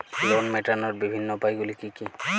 Loan মেটানোর বিভিন্ন উপায়গুলি কী কী?